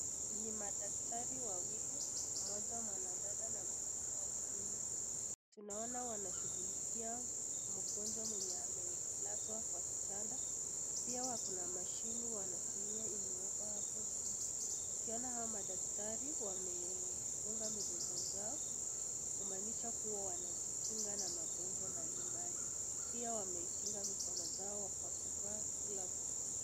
Ni madaktari wawili mmoja mwanadada na mwingine wa kiume, tunaona wanashughulikia mgonjwa mwenye amelazwa kwenye kitanda pia wanamashini wanatumia imewekwa hapo juu, ukiona hao madaktari wamefunga midomo zao kumanisha wanajikinga na magonjwa mbalimbali pia wamekinga mkono zao kwa kuvaa gloves .